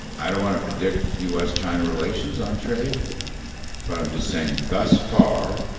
i don't want to predict u s china relations on trade but i'm just saying, thus far,